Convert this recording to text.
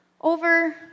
over